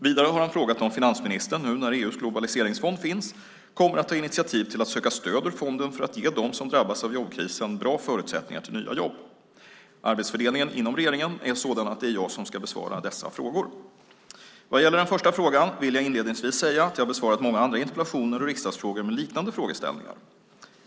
Vidare har han frågat om finansministern, nu när EU:s globaliseringsfond finns, kommer att ta initiativ till att söka stöd ur fonden för att ge dem som drabbas av jobbkrisen bra förutsättningar till nya jobb. Arbetsfördelningen inom regeringen är sådan att det är jag som ska besvara dessa frågor. Vad gäller den första frågan, vill jag inledningsvis säga att jag har besvarat många andra interpellationer och riksdagsfrågor med liknande frågeställningar.